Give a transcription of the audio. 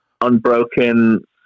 unbroken